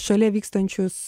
šalia vykstančius